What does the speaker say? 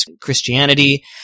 Christianity